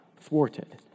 thwarted